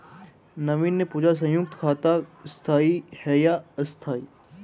नवीन ने पूछा संयुक्त खाता स्थाई है या अस्थाई